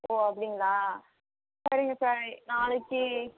ஓ அப்படிங்ளா சரிங்க சார் நாளைக்கு